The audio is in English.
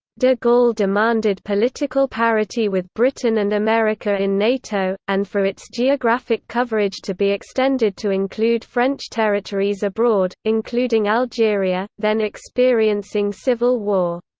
de gaulle demanded political parity with britain and america in nato, and for its geographic coverage to be extended to include french territories abroad, including algeria, then experiencing civil war.